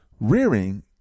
Rearing